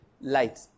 Light